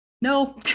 no